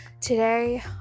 Today